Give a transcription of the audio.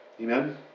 Amen